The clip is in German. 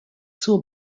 zur